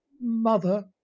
mother